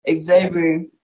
Xavier